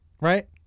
right